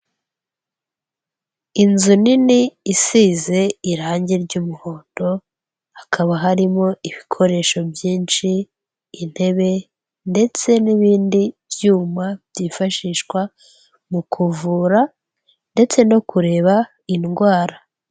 Inzu nini isize irange ry'umuhondo, hakaba harimo ibikoresho byinshi intebe ndetse n'ibindi byuma byifashishwa mu kuvura ndetse no kureba indwara.